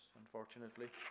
unfortunately